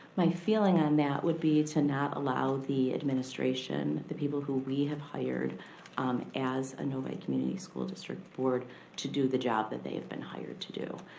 my feeling on that would be to not allow the administration, the people who we have hired as a novi community school district board to do the job that they have been hired to do.